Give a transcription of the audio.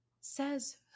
says